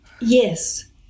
Yes